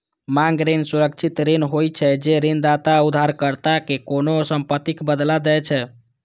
मांग ऋण सुरक्षित ऋण होइ छै, जे ऋणदाता उधारकर्ता कें कोनों संपत्तिक बदला दै छै